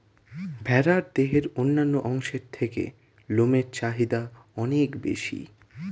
ভেড়ার দেহের অন্যান্য অংশের থেকে লোমের চাহিদা অনেক বেশি